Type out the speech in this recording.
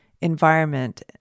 environment